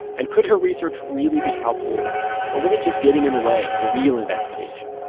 and could her research really be helpful or was it just getting in the way of the real investigation?